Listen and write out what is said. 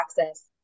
access